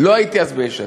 לא הייתי אז ביש עתיד.